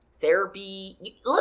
therapy